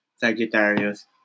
Sagittarius